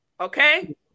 okay